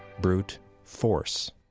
brute force.